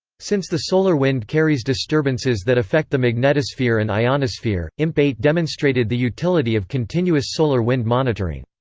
since the solar wind carries disturbances that affect the magnetosphere and ionosphere, imp eight demonstrated the utility of continuous solar wind monitoring.